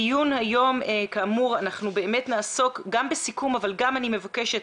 בדיון היום נעסוק גם בסיכום אבל גם אני מבקשת